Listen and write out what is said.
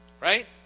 Right